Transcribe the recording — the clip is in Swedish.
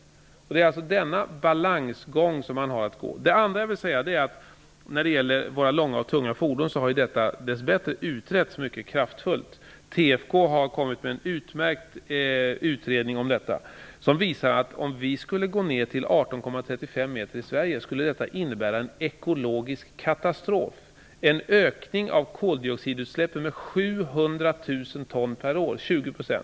Det är denna balansgång man har att gå. Frågan om våra långa och tunga fordon har dess bättre utretts mycket kraftfullt. TFK har kommit med en utmärkt utredning om det. Den visar att om vi skulle sänka den tillåtna längden av fordonen till 18,35 m i Sverige skulle detta innebära en ekologisk katastrof. Det skulle innebära en ökning av koldioxidutsläppen med 700 000 ton per år, 20 %.